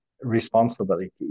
responsibility